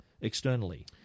externally